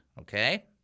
okay